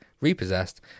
repossessed